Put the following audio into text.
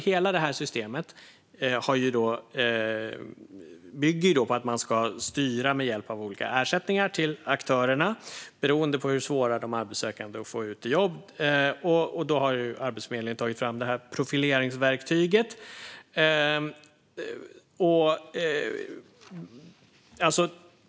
Hela det här systemet bygger på att man ska styra med hjälp av olika ersättningar till aktörerna, beroende på hur svåra de arbetssökande är att få ut i jobb. Då har Arbetsförmedlingen tagit fram det här profileringsverktyget.